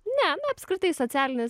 ne apskritai socialinis